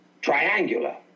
triangular